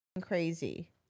crazy